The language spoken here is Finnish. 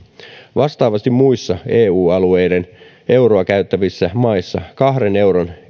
vastaavasti muissa eu alueiden euroa käyttävissä maissa kahden euron